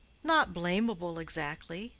not blamable exactly.